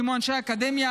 כמו אנשי אקדמיה,